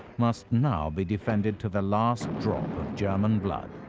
must now be defended to the last drop of german blood.